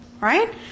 Right